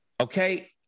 okay